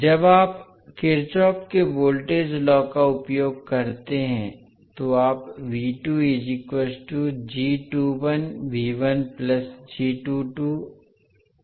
जब आप किरचॉफ के वोल्टेज लॉ का उपयोग करते हैं तो आप लिखेंगे